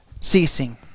ceasing